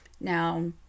Now